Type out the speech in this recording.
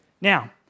Now